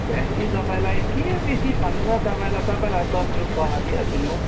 भेन्डी तपाईँलाई के बेसी भन्नु र तपाईँलाई तपाईँलाई हो भने दस रुपियाँ पावा दिइहाल्छु नि म